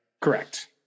Correct